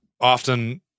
often